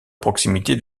proximité